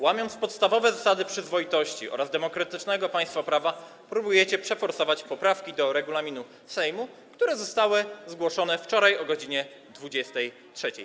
Łamiąc podstawowe zasady przyzwoitości oraz demokratycznego państwa prawa, próbujecie przeforsować poprawki do regulaminu Sejmu, które zostały zgłoszone wczoraj o godz. 23.